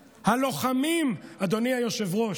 הלוחמים, אדוני היושב-ראש,